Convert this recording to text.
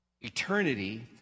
Eternity